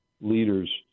leaders